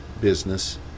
business